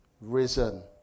risen